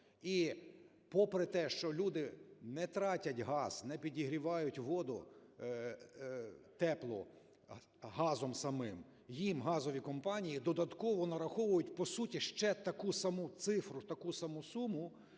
І попри те, що люди не тратять газ, не підігрівають воду теплу газом самим, їм газові компанії додатково нараховують по суті ще таку саму цифру, таку саму суму,